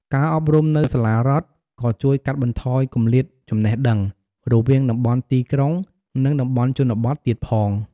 ការអប់រំនៅសាលារដ្ឋក៏ជួយកាត់បន្ថយគម្លាតចំណេះដឹង រវាងតំបន់ទីក្រុង និងតំបន់ជនបទទៀតផង។